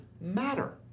matter